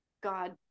God